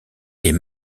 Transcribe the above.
est